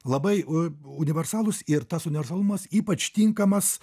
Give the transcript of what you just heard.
labai u universalūs ir tas universalumas ypač tinkamas